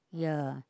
yeah